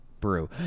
brew